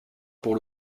pour